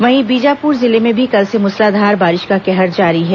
वहीं बीजापुर जिले में भी कल से मूसलाधार बारिश का कहर जारी है